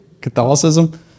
Catholicism